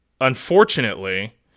unfortunately